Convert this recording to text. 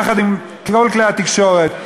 יחד כל כלי התקשורת,